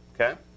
Okay